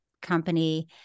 company